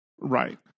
Right